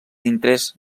interès